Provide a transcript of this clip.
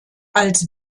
als